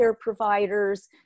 providers